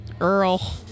Earl